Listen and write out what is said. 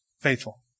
faithful